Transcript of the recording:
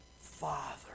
father